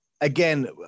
again